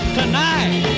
tonight